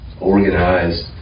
organized